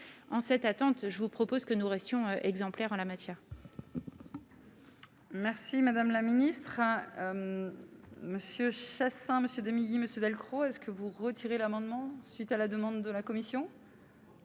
en cette attente, je vous propose que nous restions exemplaire en la matière. Merci madame la ministre, à Monsieur Chassaing monsieur Demilly Monsieur Delcros est-ce que vous retirez l'amendement suite à la demande de la commission.